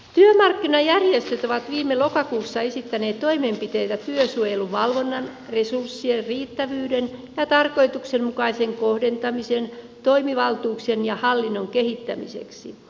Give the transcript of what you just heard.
työmarkkinajärjestöt ovat viime lokakuussa esittäneet toimenpiteitä työsuojeluvalvonnan resurssien riittävyyden ja tarkoituksenmukaisen kohdentamisen toimivaltuuksien ja hallinnon kehittämiseksi